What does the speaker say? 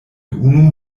unu